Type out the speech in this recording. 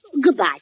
goodbye